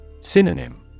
Synonym